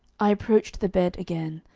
i approached the bed again,